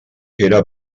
era